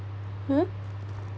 hmm